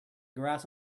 grass